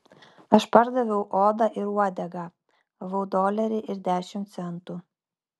aš pardaviau odą ir uodegą gavau dolerį ir dešimt centų